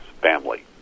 family